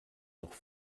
noch